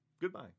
Goodbye